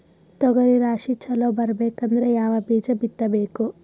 ತೊಗರಿ ರಾಶಿ ಚಲೋ ಬರಬೇಕಂದ್ರ ಯಾವ ಬೀಜ ಬಿತ್ತಬೇಕು?